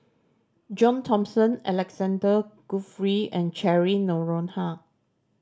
John Thomson Alexander Guthrie and Cheryl Noronha